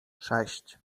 sześć